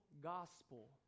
gospel